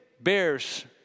bears